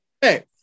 Hey